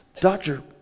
Doctor